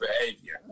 behavior